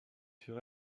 sur